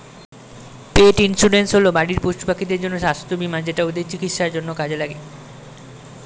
পেট insurance হল বাড়ির পশুপাখিদের জন্য স্বাস্থ্য বীমা যেটা ওদের চিকিৎসার জন্য কাজে লাগে